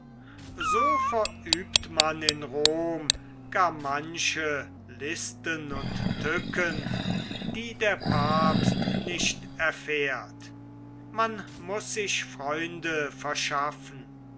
so verübt man in rom gar manche listen und tücken die der papst nicht erfährt man muß sich freunde verschaffen